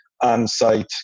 on-site